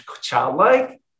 childlike